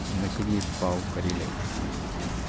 ꯉꯁꯤꯒꯤ ꯄꯥꯎ ꯀꯔꯤ ꯂꯩ